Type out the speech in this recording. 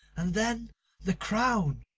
and then the crown!